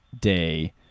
day